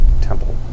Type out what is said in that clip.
temple